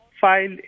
file